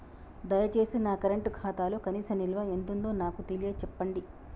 దయచేసి నా కరెంట్ ఖాతాలో కనీస నిల్వ ఎంతుందో నాకు తెలియచెప్పండి